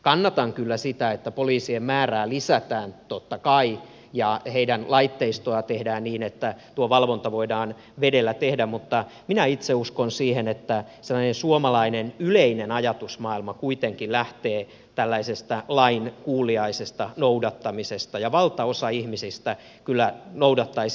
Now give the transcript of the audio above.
kannatan kyllä sitä että poliisien määrää lisätään totta kai ja heidän laitteistoaan tehdään niin että tuo valvonta voidaan vesillä tehdä mutta minä itse uskon siihen että sellainen suomalainen yleinen ajatusmaailma kuitenkin lähtee lain kuuliaisesta noudattamisesta ja valtaosa ihmisistä kyllä noudattaisi sitä